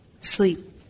sleep